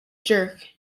jerk